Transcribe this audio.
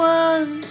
one